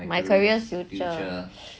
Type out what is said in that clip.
my careers future